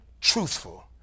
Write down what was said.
truthful